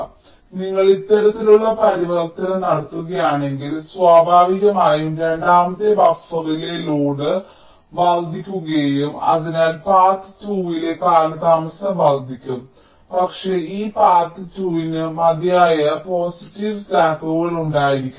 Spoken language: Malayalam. അതിനാൽ നിങ്ങൾ ഇത്തരത്തിലുള്ള പരിവർത്തനം നടത്തുകയാണെങ്കിൽ സ്വാഭാവികമായും രണ്ടാമത്തെ ബഫറിലെ ലോഡ് വർദ്ധിക്കും അതിനാൽ പാത 2 ലെ കാലതാമസം വർദ്ധിക്കും പക്ഷേ ഈ പാത 2 ന് മതിയായ പോസിറ്റീവ് സ്ലാക്കുകൾ ഉണ്ടായിരിക്കാം